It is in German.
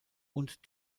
und